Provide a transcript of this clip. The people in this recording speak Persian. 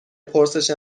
پرسش